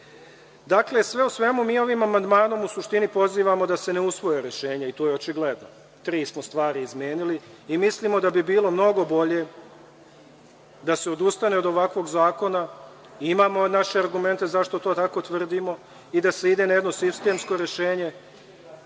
reforme. Sve u svemu, mi ovim amandmanom u suštini pozivamo da se ne usvoje rešenja i to je očigledno. Tri smo stvari izmenili. Mislimo da bi bilo mnogo bolje da se odustane od ovakvog zakona. Imamo naše argumente zašto to tako tvrdimo, i da se ide na jedno sistemsko rešenje,